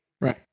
Right